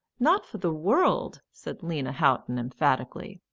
not for the world! said lena houghton emphatically.